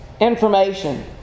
information